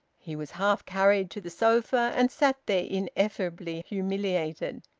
he was half carried to the sofa, and sat there, ineffably humiliated.